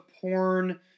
porn